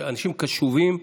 שאנשים קשובים,